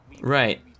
Right